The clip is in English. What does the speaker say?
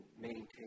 maintain